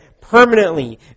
Permanently